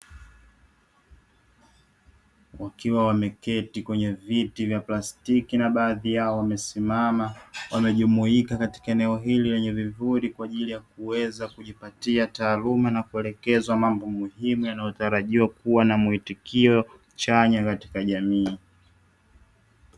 Wakiwa wameketi kwenye viti vya plastiki na baadhi yao wamesimama, wamejumuika katika eneo hili lenye vivuli, kwa ajili ya kuweza kujipatia taaluma na kuelekezwa mambo muhumu, yanayo tarajiwa kuwa na mwitikio chanya katika jamii.